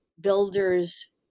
builders